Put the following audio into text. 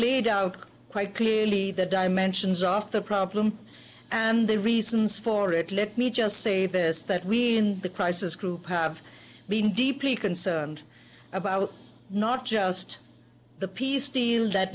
laid out quite clearly the dimensions of the problem and the reasons for it let me just say this that we in the crisis group have been deeply concerned about us not just the peace deal that